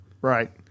Right